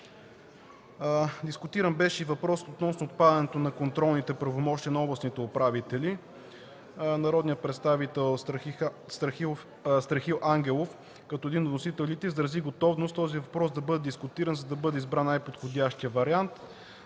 Дискутиран беше и въпросът относно отпадането на контролните правомощия на областните управители. Народният представител Страхил Ангелов като един от вносителите, изрази готовност този въпрос да бъде дискутиран, за да бъде избран най-подходящият вариант.